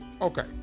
Okay